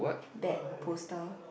bad poster